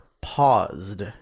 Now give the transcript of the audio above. paused